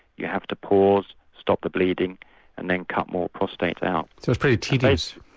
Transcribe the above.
you have to pause, stop the bleeding and then cut more prostate out. so it's pretty tedious?